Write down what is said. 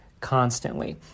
constantly